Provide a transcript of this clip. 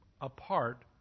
apart